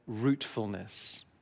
rootfulness